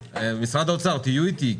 משרד האוצר תהיו איתי,